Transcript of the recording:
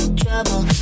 trouble